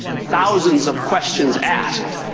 thousands of questions asked.